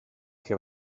che